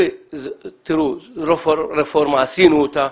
עשינו רפורמה.